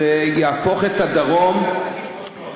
זה יהפוך את הדרום,